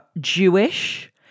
Jewish